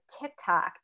TikTok